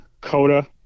Coda